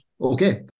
Okay